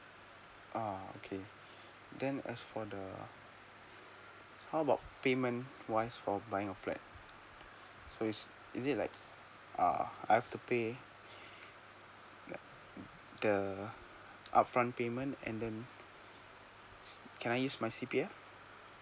uh okay then as for the how about payment wise for buying a flat so is is it like uh I've to pay like the upfront payment and then can I use my C_P_F